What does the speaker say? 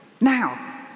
Now